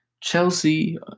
Chelsea